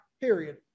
period